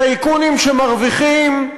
טייקונים שמרוויחים,